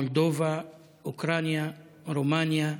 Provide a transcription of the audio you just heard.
מולדובה, אוקראינה, רומניה,